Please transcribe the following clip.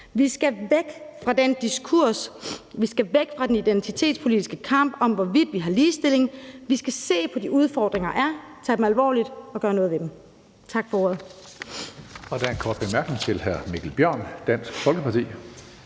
Vi skal væk fra den diskurs. Vi skal væk fra den identitetspolitiske kamp om, hvorvidt vi har ligestilling. Vi skal se på de udfordringer, der er, tage dem alvorligt og gøre noget ved dem. Tak for ordet.